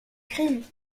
crime